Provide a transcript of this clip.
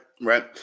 right